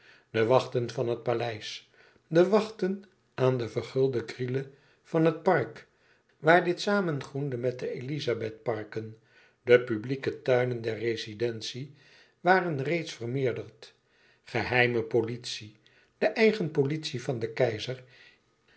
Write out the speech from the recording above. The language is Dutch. de wachten van het paleis de wachten aan de vergulde grilles van het park waar dit samengroende met de elizabethparken de publieke tuinen der rezidentie waren reeds vermeerderd geheime politie de eigen politie van den keizer